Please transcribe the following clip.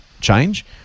change